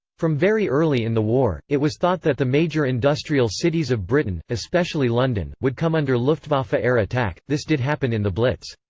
from very early in the war, it was thought that the major industrial cities of britain, especially london, would come under luftwaffe ah air attack this did happen in the blitz.